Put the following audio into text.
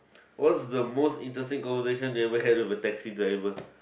what's the most interesting conversation you ever had with a taxi driver